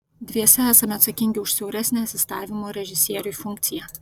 dviese esame atsakingi už siauresnę asistavimo režisieriui funkciją